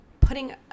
putting